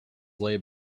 lay